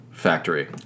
Factory